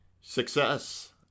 success